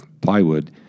plywood